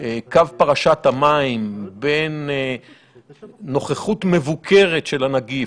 קו פרשת המים בין נוכחות מבוקרת של הנגיף